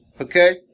Okay